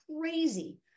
crazy